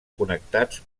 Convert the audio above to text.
connectats